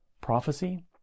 Prophecy